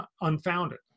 unfounded